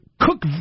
cook